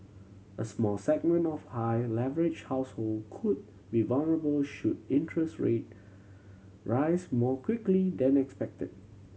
a small segment of high leverage household could vulnerable should interest ray rates more quickly than expected